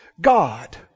God